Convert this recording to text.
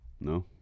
no